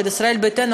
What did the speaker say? של ישראל ביתנו,